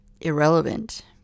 irrelevant